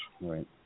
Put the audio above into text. right